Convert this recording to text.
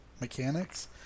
mechanics